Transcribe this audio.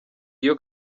iyo